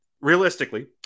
Realistically